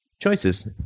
choices